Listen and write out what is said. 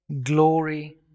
glory